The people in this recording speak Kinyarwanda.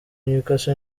newcastle